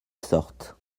sortent